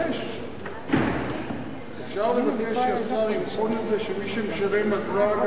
אפשר לבקש שהשר יבחן את זה שמי שמשלם אגרה גם יקבל תמורה,